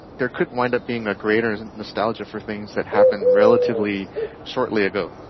there could wind up being a greater and and nostalgia for things that happened relatively shortly ago.